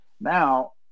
now